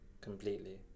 completely